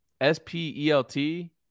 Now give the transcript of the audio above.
S-P-E-L-T